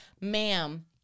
Ma'am